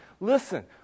listen